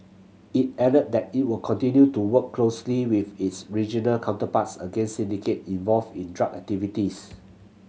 it added that it will continue to work closely with its regional counterparts against syndicate involved in drug activities